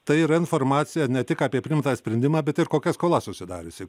tai yra informacija ne tik apie priimtą sprendimą bet ir kokia skola susidariusi